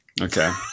Okay